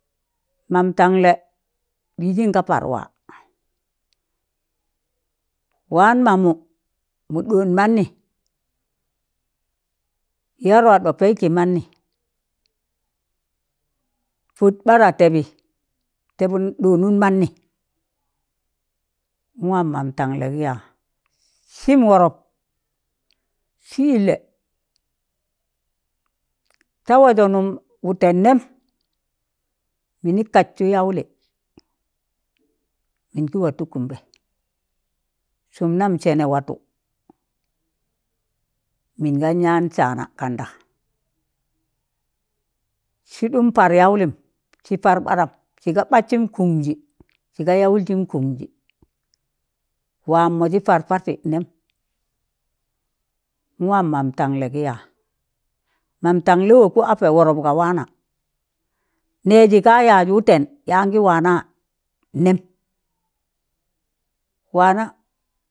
Mam tanle ɗịzịn ga parwa, waan mammụ mọ ɗoon mannị ya rwadọ pẹị kị manị, pod ɓada tẹbị tebun ɗoonun mannị nwam mam tanlẹ gị ya. Sịm wọrọp sị ịllẹ, ta wọzọnụm wutẹn nẹm, mịnị kastụ yaụlị mịn gị watọ kụmbẹ sụm nam sẹnẹ watụ mịn gan yan saana gan da sị ɗụm par yaụlịm, sị par ɓadam, sịga badsịn kụmjị, sịga yawụljịm kụmjị, waam majị par parsi nẹm, n'waam mam tanlẹ gị yaa, mam tanlẹ wọkụ apẹ wọrọp ga waana, nẹjị ga yaaz wụtẹn yaan gị waana nẹm, waana